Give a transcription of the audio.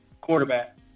quarterback